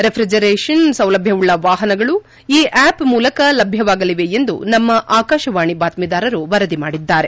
refrigeration ಸೌಲಭ್ಯವುಳ್ಳ ವಾಹನಗಳು ಈ ಆಪ್ ಮೂಲಕ ಲಭ್ಯವಾಗಲಿವೆ ಎಂದು ನಮ್ಮ ಆಕಾಶವಾಣಿ ಬಾತ್ಟೀದಾರರು ವರದಿ ಮಾದಿದ್ದಾರೆ